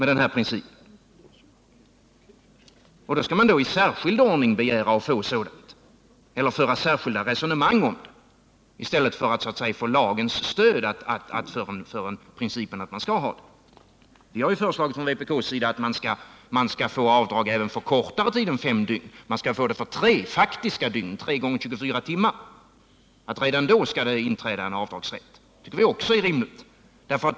Då skall man i särskild ordning begära att få sådant eller föra särskilda resonemang om det, i stället för att få lagens stöd för principen att man skall ha avdrag. Vpk har föreslagit att man skall få avdrag även för kortare tid än fem dygn. Vi föreslår att avdragsrätten skall inträda redan efter tre faktiska dygn, 3 x 24 timmar.